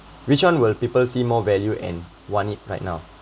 which one will people see more value and want it right now